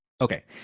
Okay